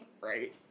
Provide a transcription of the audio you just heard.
Right